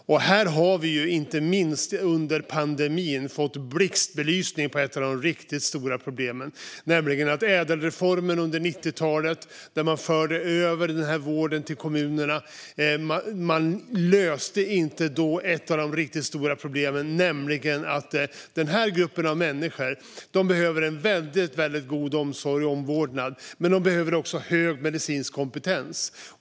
Här har vi inte minst under pandemin fått blixtbelysning på ett av de riktigt stora problemen: Ädelreformen under 90-talet, där man förde över denna vård till kommunerna, löste inte ett av de riktigt stora problemen, nämligen att denna grupp av människor inte bara behöver en väldigt god omsorg och omvårdnad utan också hög medicinsk kompetens.